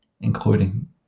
including